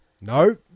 No